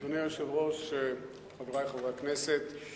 אדוני היושב-ראש, חברי חברי הכנסת,